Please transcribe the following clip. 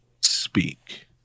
speak